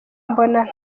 mbona